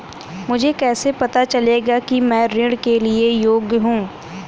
मुझे कैसे पता चलेगा कि मैं ऋण के लिए योग्य हूँ?